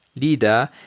leader